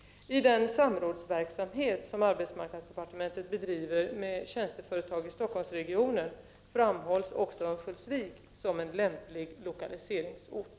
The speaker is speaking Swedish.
I den samrådsverksamhet som arbetsmarknadsdepartementet bedriver med tjänsteföretag i Stockholmsregionen framhålls också Örnsköldsvik som en lämplig lokaliseringsort.